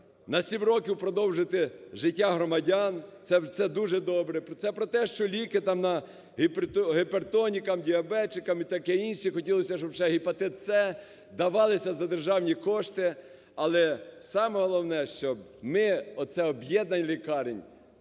на 7 років продовжити життя громадян, це дуже добре, це про те, що ліки там гіпертонікам, діабетикам і таке інше, хотілося б, щоб ще гепатит "С" давалися за державні кошти. Але саме головне, щоб ми оце об'єднання лікарень